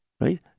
right